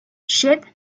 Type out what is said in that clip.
ship